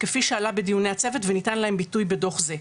כפי שעלה בדיוני הצוות וניתן להם ביטוי בדו"ח זה.